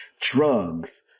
drugs